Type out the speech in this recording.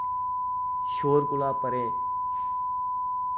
शोर कोला परें